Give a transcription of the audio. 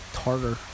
tartar